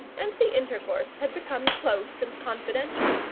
and the intercourse had become close and confidential.